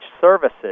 services